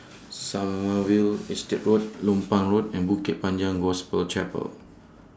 Sommerville Estate Road Lompang Road and Bukit Panjang Gospel Chapel